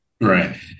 Right